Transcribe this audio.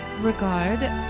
regard